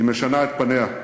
היא משנה את פניה.